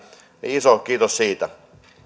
niin iso kiitos siitä